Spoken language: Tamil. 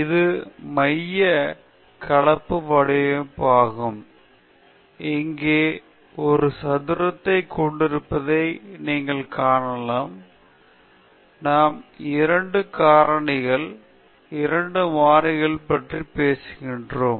இது மைய கலப்பு வடிவமைப்பு ஆகும் இங்கே ஒரு சதுரத்தைக் கொண்டிருப்பதை நீங்கள் காணலாம் நாம் 2 காரணிகள் 2 மாறிகள் பற்றி பேசுகிறோம்